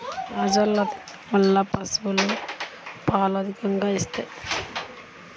పశువుల మేతగా అజొల్ల ఉపయోగాలు ఏమిటి?